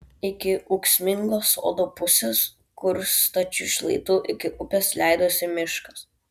iki ūksmingos sodo pusės kur stačiu šlaitu iki upės leidosi miškas